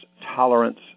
tolerance